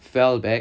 fell back